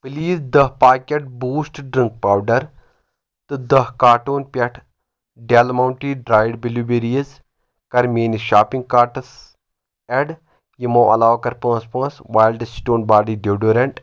please دَہ packet Boost drink powder تہٕ دَہ کارٹوٗن پٮ۪ٹھ Del Monte dried blueberries کَر میٛٲنِس شاپنٛگ کارٹَس ایٚڈ یِمو علاوٕ کَر پانٛژھ پانٛژھ وایلڈٕ سِٹون باڑی ڈِیوڈرٛنٛٹ